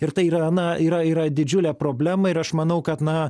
ir tai yra na yra yra didžiulė problema ir aš manau kad na